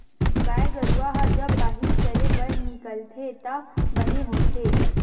गाय गरूवा ह जब बाहिर चरे बर निकलथे त बने होथे